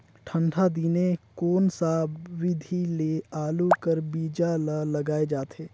ठंडा दिने कोन सा विधि ले आलू कर बीजा ल लगाल जाथे?